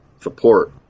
support